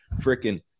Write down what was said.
freaking